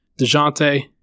DeJounte